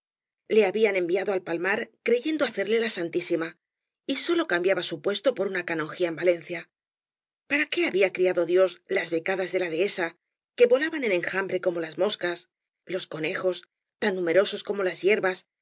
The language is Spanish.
le hablan enviado al palmar creyendo hacerle la santíeima y sólo cambiaba su puesto por una canongía en valencia para qué había criado dios las becadas de la dehesa que volaban en enjambre como las moscas loa conejos tan numerosos como las hierbas y